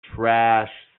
trash